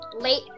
late